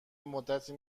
مدتی